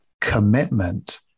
commitment